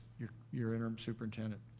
your your interim superintendent.